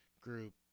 group